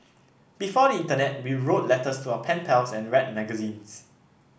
before the internet we wrote letters to our pen pals and read magazines